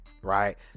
right